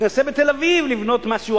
תנסה בתל-אביב לבנות משהו,